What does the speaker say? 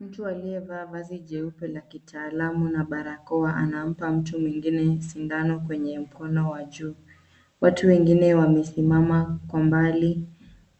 Mtu aliyevaa vazi jeupe la kitaalamu na barakoa anampa mtu mwingine sindano kwenye mkono wa juu. Watu wengine wamesimama kwa mbali,